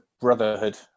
brotherhood